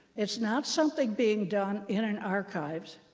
it's not something being done in an archives,